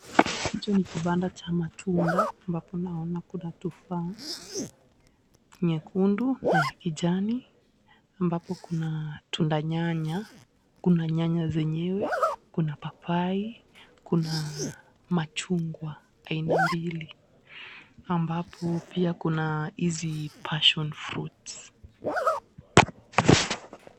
Hicho ni kibanda cha matunda, ambapo naona kuna tufaa nyekundu na ya kijani, ambapo kuna tunda nyanya, kuna nyanya zenyewe, kuna papai, kuna machungwa aina mbili, ambapo pia kuna hizi passion fruits .